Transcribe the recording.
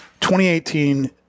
2018